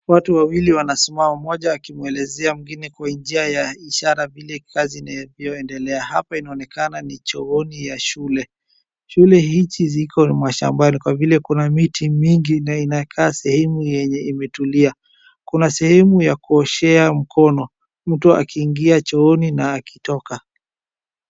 Watu wawili wanasimama, mmoja akimwelezea mwingine kwa njia ya ishara vile kazi inayoendelea. Hapa inaonekana ni chooni ya shule. Shule hichi ziko mashambani kwa vile kuna miti mingi na inakaa sehemu yenye imetulia. Kuna sehemu ya kuoshea mkono mtu akiingia chooni na akitoka.